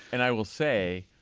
and i will say.